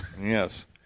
Yes